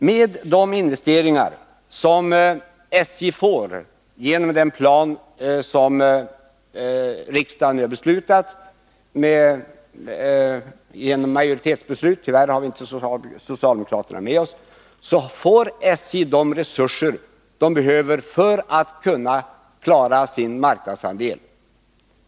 Med de investeringar som SJ får genom den plan som riksdagen har fattat majoritetsbeslut om — tyvärr har vi inte socialdemokraterna med oss — får SJ de resurser det behöver för att klara sin marknadsandel.